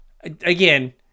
Again